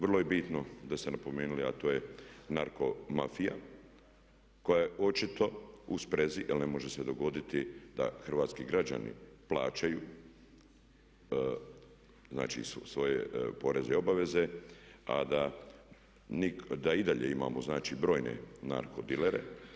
Vrlo je bitno da ste napomenuli a to je narko mafija koja je očito u sprezi jer ne može se dogoditi da hrvatski građani plaćaju znači svoje poreze i obveze a da i dalje imamo brojne narko dilere.